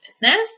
business